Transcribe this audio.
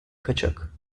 kaçak